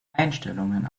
einstellungen